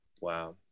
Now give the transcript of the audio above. Wow